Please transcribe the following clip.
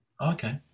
Okay